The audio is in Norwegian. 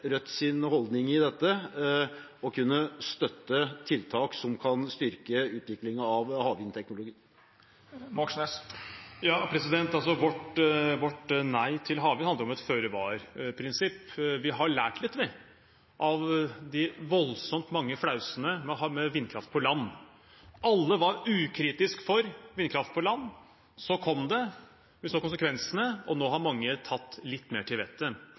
holdning til dette og kunne støtte tiltak som kan styrke utviklingen av havvindteknologi? Vårt nei til havvind handler om et føre-var-prinsipp. Vi har lært litt av de voldsomt mange flausene med vindkraft på land. Alle var ukritiske til vindkraft på land. Så kom det, og vi så konsekvensene, og nå har mange tatt litt mer til